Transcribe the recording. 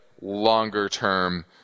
longer-term